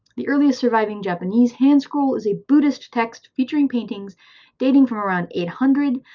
the earliest surviving japanese hand scroll is a buddhist text featuring paintings dating from around eight hundred,